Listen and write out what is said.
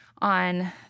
on